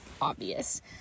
obvious